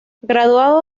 graduado